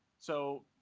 so